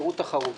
ותחרות.